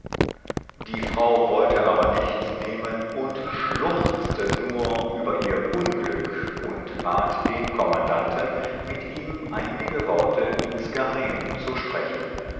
die frau wollte aber nichts nehmen und schluchzte nur über ihr unglück und bat den kommandanten mit ihm einige worte ins geheim zu sprechen